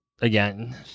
again